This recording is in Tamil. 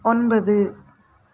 ஒன்பது